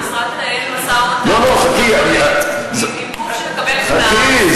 גם המשרד מנהל משא-ומתן עם גוף שמקבל, חכי.